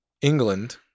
England